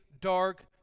dark